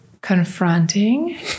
confronting